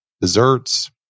desserts